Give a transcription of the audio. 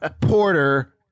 Porter